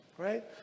right